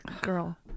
girl